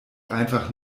einfach